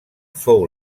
fou